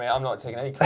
yeah i'm not taking any